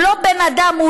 הוא לא בן אדם,